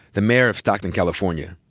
the mayor of stockton, california.